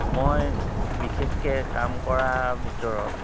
মই বিশেষকৈ কাম কৰাৰ ভিতৰত